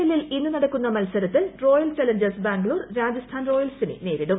എല്ലിൽ ഇന്ന് നടക്കുന്ന മത്സരത്തിൽ റോയൽ ചലഞ്ചേഴ്സ് ബാംഗ്ലൂർ രാജസ്ഥാൻ റോയൽസിനെ നേരിടും